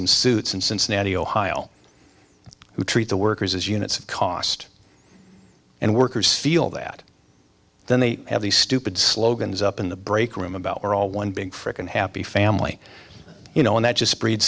in suits in cincinnati ohio who treat the workers as units cost and workers feel that then they have these stupid slogans up in the breakroom about we're all one big fricken happy family you know and that just breed